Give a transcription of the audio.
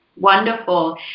Wonderful